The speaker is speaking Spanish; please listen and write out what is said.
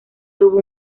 tuvo